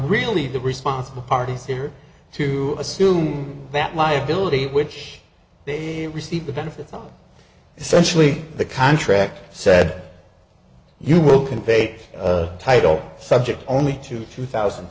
really the responsible parties here to assume that liability which they receive the benefits of essentially the contract said you will convey title subject only to two thousand